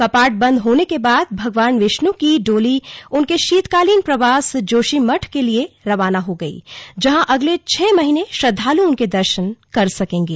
कपाट बंद होने के बाद भगवान विष्णु की डोली उनके शीतकालीन प्रवास जोशीमठ के लिए रवाना हो गई जहां अगले छह महीने श्रद्वाल् उनके दर्शन कर सकेंगे